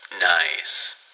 Nice